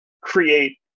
create